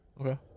Okay